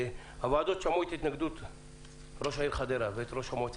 הוועדות שמעו את התנגדות ראש העיר חדרה ואת ראש המועצה